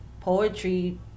poetry